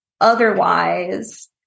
Otherwise